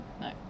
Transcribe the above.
No